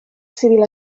civil